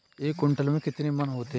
एक क्विंटल में कितने मन होते हैं?